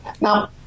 Now